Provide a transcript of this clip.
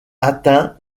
atteint